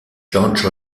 george